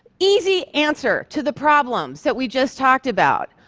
easy answer to the problems that we just talked about.